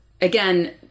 again